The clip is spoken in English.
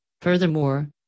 Furthermore